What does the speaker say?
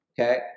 Okay